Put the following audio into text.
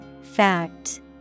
Fact